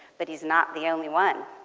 but he's not the only one.